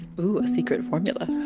ooh, a secret formula.